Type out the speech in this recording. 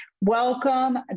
Welcome